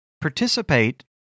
participate